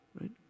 right